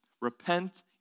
repent